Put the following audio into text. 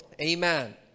Amen